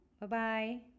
Bye-bye